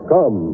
Come